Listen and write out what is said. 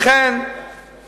לכן